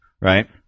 right